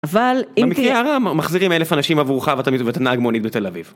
במקרה הרע, מחזירים אלף אנשים עבורך ואתה נהג מונית בתל אביב.